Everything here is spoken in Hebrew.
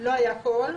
לא הייתה "כל".